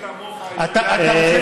כמוך, אתה רוצה להקשיב?